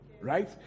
Right